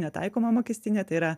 netaikoma mokestinė tai yra